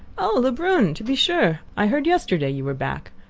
oh! lebrun. to be sure! i heard yesterday you were back.